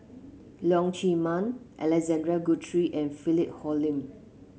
Leong Chee Mun Alexander Guthrie and Philip Hoalim